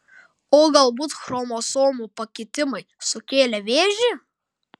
o galbūt chromosomų pakitimai sukėlė vėžį